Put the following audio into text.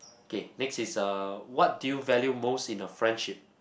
okay next is uh what do you value most in a friendship